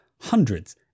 hundreds